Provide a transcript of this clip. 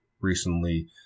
recently